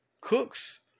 Cooks